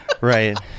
right